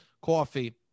coffee